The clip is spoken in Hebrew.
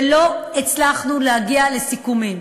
ולא הצלחנו להגיע לסיכומים.